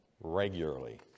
regularly